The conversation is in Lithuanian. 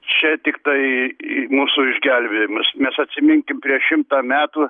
čia tiktai mūsų išgelbėjimas mes atsiminkim prieš šimtą metų